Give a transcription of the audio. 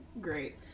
great